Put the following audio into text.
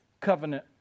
Covenant